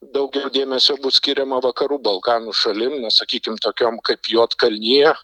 daug dėmesio bus skiriama vakarų balkanų šalim na sakykim tokiom kaip juodkalnija